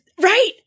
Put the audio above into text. right